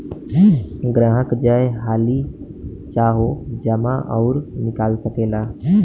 ग्राहक जय हाली चाहो जमा अउर निकाल सकेला